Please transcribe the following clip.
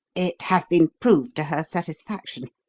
it has been proved to her satisfaction.